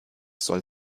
soll